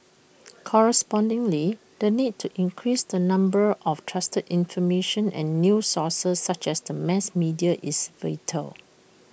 correspondingly the need to increase the number of trusted information and news sources such as the mass media is vital